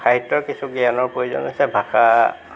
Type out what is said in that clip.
সাহিত্য়ৰ কিছু জ্ঞানৰ প্ৰয়োজন আছে ভাষা